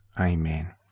Amen